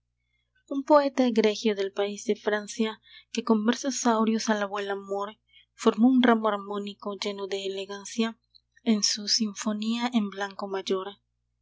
un poeta egregio del país de francia que con versos áureos alabó el amor formó un ramo armónico lleno de elegancia en su sinfonía en blanco mayor